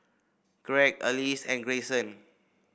Gregg Alease and Grayson